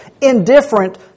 indifferent